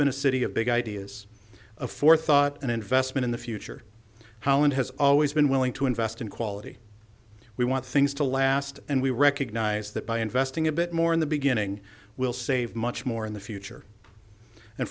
been a city of big ideas for thought and investment in the future holland has always been willing to invest in quality we want things to last and we recognize that by investing a bit more in the beginning we'll save much more in the future and